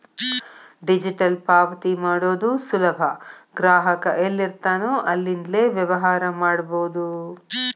digital ಪಾವತಿ ಮಾಡೋದು ಸುಲಭ ಗ್ರಾಹಕ ಎಲ್ಲಿರ್ತಾನೋ ಅಲ್ಲಿಂದ್ಲೇ ವ್ಯವಹಾರ ಮಾಡಬೋದು